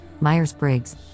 Myers-Briggs